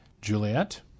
Juliet